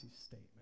statement